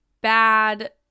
bad